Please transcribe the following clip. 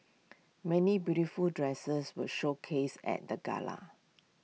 many beautiful dresses were showcased at the gala